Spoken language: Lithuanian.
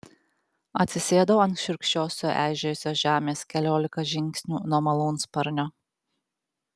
atsisėdau ant šiurkščios sueižėjusios žemės keliolika žingsnių nuo malūnsparnio